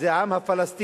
זה העם הפלסטיני.